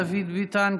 דוד ביטן,